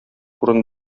урын